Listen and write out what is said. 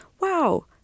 wow